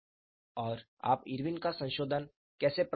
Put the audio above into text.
और आप इरविन का संशोधन कैसे प्राप्त करते हैं